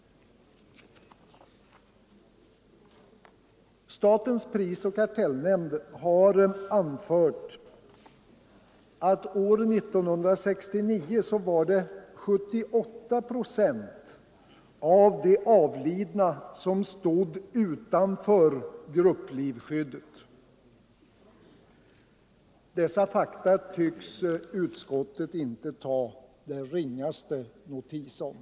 Statens prisoch kartellnämnd har anfört att år 1969 var det 78 procent av de avlidna som stod utanför grupplivskyddet. Dessa fakta tycks utskottet inte ta den ringaste notis om.